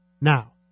Now